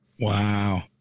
Wow